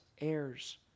heirs